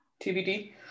TBD